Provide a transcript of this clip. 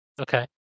Okay